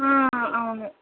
అవును